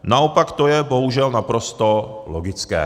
Naopak to je bohužel naprosto logické.